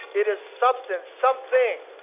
it is substance. something,